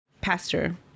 pastor